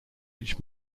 each